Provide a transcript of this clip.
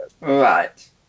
Right